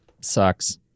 Sucks